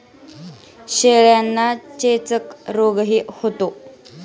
शेळ्यांना चेचक रोगही होतो